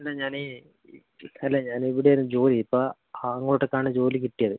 അല്ല ഞാൻ അല്ല ഞാൻ ഇവിടെ ആയിരുന്നു ജോലി ഇപ്പം അങ്ങോട്ടേക്ക് ആണ് ജോലി കിട്ടിയത്